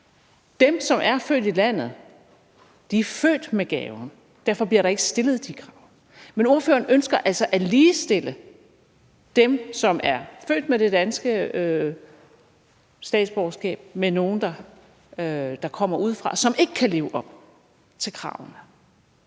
Dem, som er født i landet, er født med gaven, så derfor bliver der ikke stillet de krav. Men ordføreren ønsker altså at ligestille dem, som er født med det danske statsborgerskab, med nogle, der kommer udefra, og som ikke kan leve op til kravene.